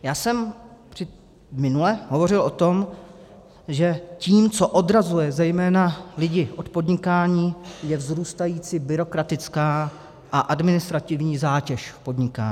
Já jsem minule hovořil o tom, že tím, co zejména odrazuje zejména idi od podnikání, je vzrůstající byrokratická a administrativní zátěž v podnikání.